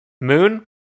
Moon